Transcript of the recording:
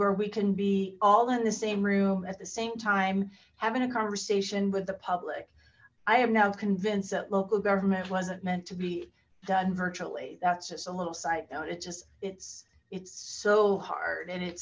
where we can be all in the same room at the same time having a conversation with the public i am now convinced that local government wasn't meant to be done virtually that's just a little side note it just it's it's so hard and it